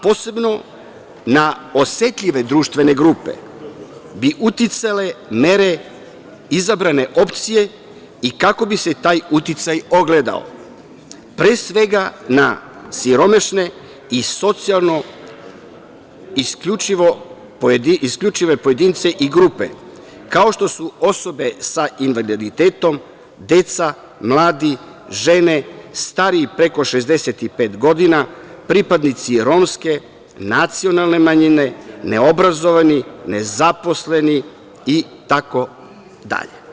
Posebno na osetljive društvene grupe bi uticale mere izabrane opcije i kako bi se taj uticaj ogledao, pre svega, na siromašne i socijalno isključive pojedince i grupe, kao što su osobe sa invaliditetom, deca, mladi, žene, stariji preko 65 godina, pripadnici romske nacionalne manjine, neobrazovani, nezaposleni itd.